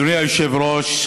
אדוני היושב-ראש,